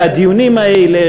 הדיונים האלה,